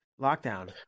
lockdown